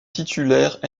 titulaire